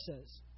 says